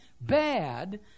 bad